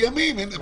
לפי ימים.